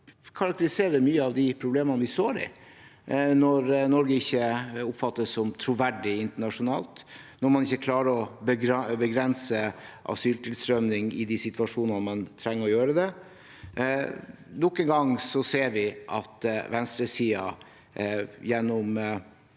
som karakteriserer mye av de problemene vi står i når Norge ikke oppfattes som troverdig internasjonalt, og når man ikke klarer å begrense asyltilstrømningen i de situasjonene man trenger å gjøre det. Nok en gang ser vi at venstresiden har